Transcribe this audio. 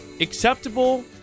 acceptable